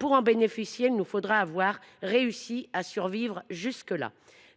pour en bénéficier, il nous faudra survivre jusque là !»